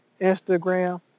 Instagram